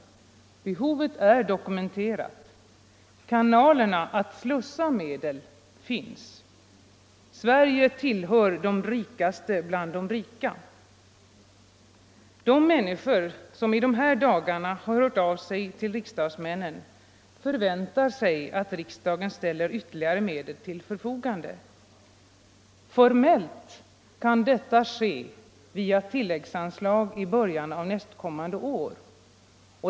Behovet är dokumenterat. Kanalerna att slussa medel finns. Sverige tillhör de rikaste bland de rika. De människor, som i dessa dagar hört av sig till riksdagsmännen, förväntar sig att riksdagen ställer ytterligare medel till förfogande. Formellt kan detta ske via tilläggsanslag i början av nästkommande år.